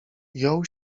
jął